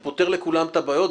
זה פותר לכולם את הבעיות.